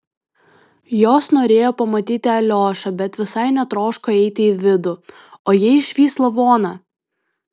jos norėjo pamatyti aliošą bet visai netroško eiti į vidų o jei išvys lavoną